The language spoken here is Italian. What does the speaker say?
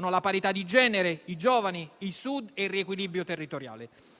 (la parità di genere, i giovani, il Sud e il riequilibrio territoriale).